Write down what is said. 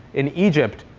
in egypt,